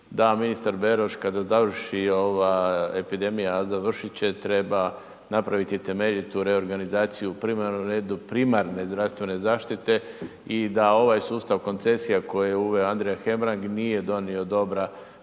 da ministar Beroš kada završi ova epidemija, a završit će, treba napraviti temeljitu reorganizaciju primarno u redu primarne zdravstvene zaštite i da ovaj sustav koncesija koje je uveo Andrija Hebrang nije donio dobra